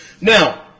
Now